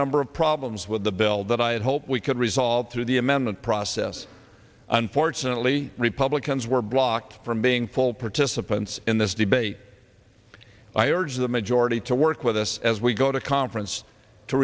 number of problems with the bill that i hope we could resolve through the amendment process unfortunately republicans were blocked from being full participants in this debate i urge the majority to work with us as we go to conference to